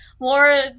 more